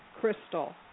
crystal